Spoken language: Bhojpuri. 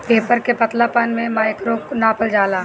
पेपर के पतलापन के माइक्रोन में नापल जाला